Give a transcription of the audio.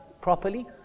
properly